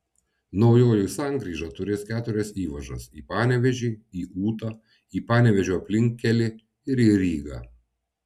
naujoji sankryža turės keturias įvažas į panevėžį į ūtą į panevėžio aplinkkelį ir į rygą